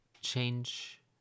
change